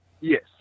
Yes